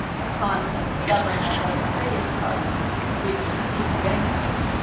upon some stubborn and uncourteous parts we had conceiv'd against him.